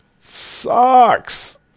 sucks